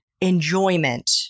enjoyment